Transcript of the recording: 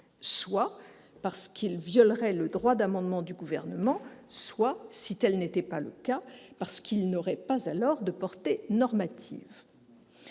soit parce que le mécanisme violerait le droit d'amendement du Gouvernement soit, si tel n'était pas le cas, parce qu'il n'aurait alors aucune portée normative.